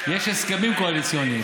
יש הסכמים קואליציוניים,